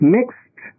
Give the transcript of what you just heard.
Mixed